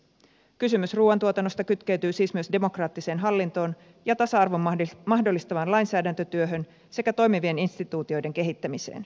kysymys ruuantuotannosta kytkeytyy siis myös demokraattiseen hallintoon ja tasa arvon mahdollistavaan lainsäädäntötyöhön sekä toimivien instituutioiden kehittämiseen